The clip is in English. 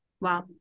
Wow